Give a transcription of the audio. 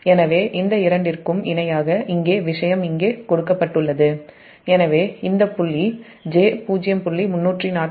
எனவே இந்த இரண்டிற்கும் இணையாக இங்கே விஷயம் கொடுக்கப்பட்டுள்ளது எனவே இந்த புள்ளி j0